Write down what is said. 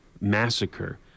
massacre